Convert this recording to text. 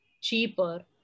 cheaper